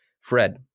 Fred